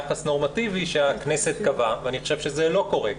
יחס נורמטיבי שהכנסת קבעה ואני חושב שזה לא קורה.